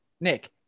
Nick